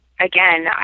again